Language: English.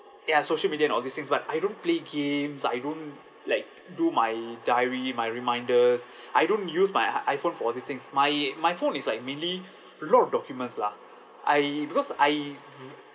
ya social media and all these things but I don't play games I don't like do my diary my reminders I don't use my iphone for these things my my phone is like really a lot of documents lah I because I